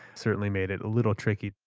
certainly made it a little tricky.